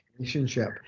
relationship